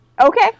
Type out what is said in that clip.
Okay